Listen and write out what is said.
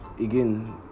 again